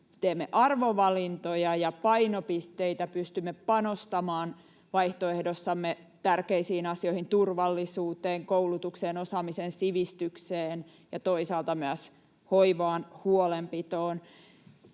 teemme arvovalintoja ja painopisteitä, pystymme panostamaan vaihtoehdossamme tärkeisiin asioihin — turvallisuuteen, koulutukseen, osaamiseen, sivistykseen ja toisaalta myös hoivaan, huolenpitoon,